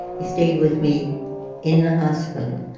he stayed with me in the hospital,